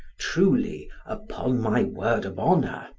truly upon my word of honor.